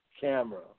camera